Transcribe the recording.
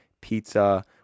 pizza